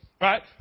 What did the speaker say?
Right